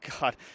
God